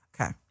Okay